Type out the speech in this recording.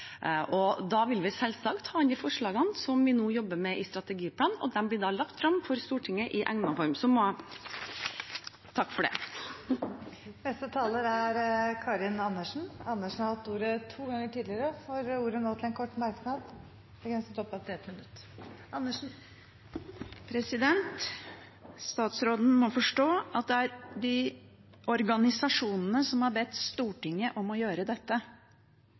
med. Da vil vi selvsagt ta inn de forslagene som vi nå jobber med i strategiplanen. De blir da lagt frem for Stortinget i egnet form. Representanten Karin Andersen har hatt ordet to ganger tidligere og får ordet til en kort merknad, begrenset til 1 minutt. Statsråden må forstå at det er organisasjonene som har bedt Stortinget gjøre dette.